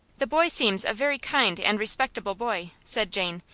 the boy seems a very kind and respectable boy, said jane,